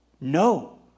No